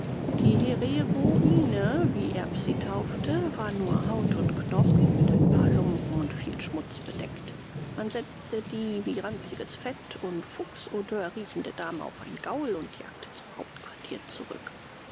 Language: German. die hereroine wie erb sie taufte war nur haut und knochen mit ein paar lumpen und viel schmutz bedeckt man setzte die wie ranziges fett und fuchsodeur riechende dame auf einen gaul und jagte zum hauptquartier zurück